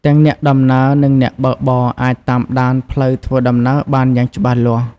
ទាំងអ្នកដំណើរនិងអ្នកបើកបរអាចតាមដានផ្លូវធ្វើដំណើរបានយ៉ាងច្បាស់។